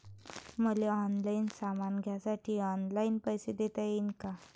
मले ऑनलाईन सामान घ्यासाठी ऑनलाईन पैसे देता येईन का?